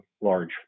large